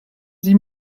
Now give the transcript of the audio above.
sie